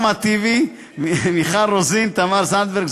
תמר זנדברג,